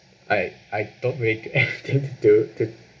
I I don't really do anything to do to